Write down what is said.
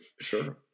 Sure